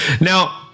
now